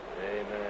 Amen